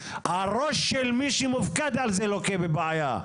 הראש של מי שמופקד על זה לוקה בבעיה.